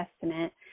Testament